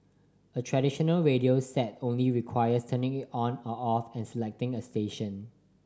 a traditional radio set only requires turning it on or off and selecting a station